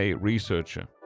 Researcher